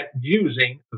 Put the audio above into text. using